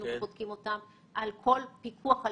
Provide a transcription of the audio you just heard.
הפיקוח על